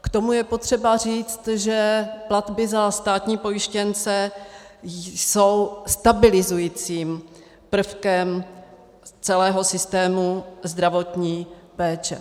K tomu je potřeba říct, že platby za státní pojištěnce jsou stabilizujícím prvkem celého systému zdravotní péče.